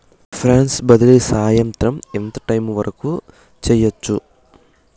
funds బదిలీ సాయంత్రం ఎంత టైము వరకు చేయొచ్చు